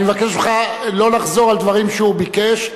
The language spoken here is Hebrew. אני מבקש ממך לא לחזור על דברים שהוא ביקש,